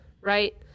right